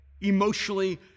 emotionally